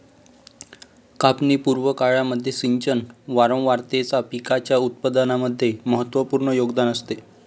कापणी पूर्व काळामध्ये सिंचन वारंवारतेचा पिकाच्या उत्पादनामध्ये महत्त्वपूर्ण योगदान असते